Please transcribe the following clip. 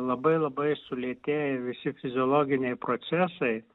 labai labai sulėtėja visi fiziologiniai procesai